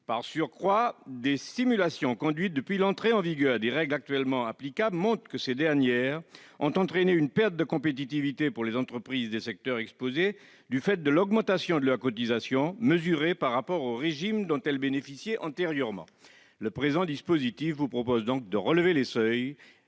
Par surcroît, des simulations conduites depuis l'entrée en vigueur des règles actuellement applicables montrent que ces dernières ont entraîné une perte de compétitivité pour les entreprises des secteurs exposés, du fait de l'augmentation de leurs cotisations, mesurée par rapport au régime dont elles bénéficiaient antérieurement. Le dispositif contenu dans le présent